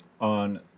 on